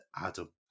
Adam